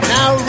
Now